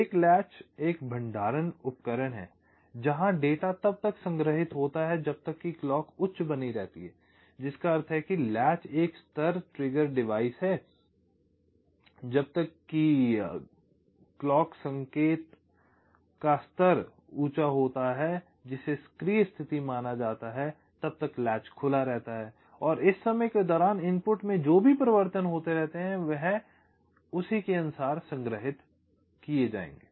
एक लैच एक भंडारण उपकरण है जहां डेटा तब तक संग्रहित होता है जब तक कि क्लॉक उच्च बनी रहती है जिसका अर्थ है कि लैच एक स्तर ट्रिगर डिवाइस है जब तक कि घड़ी संकेत का स्तर उच्च होता है जिसे सक्रिय स्थिति माना जाता है लैच खुला रहता है और इस समय के दौरान इनपुट में जो भी परिवर्तन होते हैं वह उसी के अनुसार संग्रहित किए जाएंगे